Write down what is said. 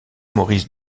maurice